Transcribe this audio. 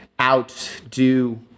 outdo